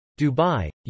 Dubai